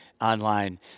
online